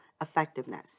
effectiveness